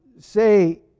say